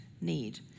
need